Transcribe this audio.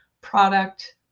product